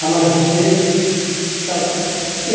हमर गुरुदेव सब